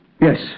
Yes